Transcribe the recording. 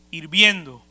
Hirviendo